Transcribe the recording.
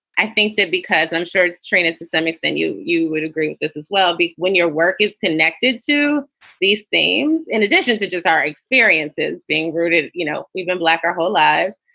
i think that because i'm sure trained to some extent you you would agree with this as well. when your work is connected to these themes, in addition to just our experiences being rooted, you know, even black our whole lives.